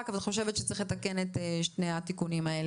וחושבת שצריך לתקן את שני התיקונים שציינת.